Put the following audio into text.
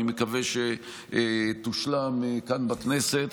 אני מקווה שתושלם כאן בכנסת.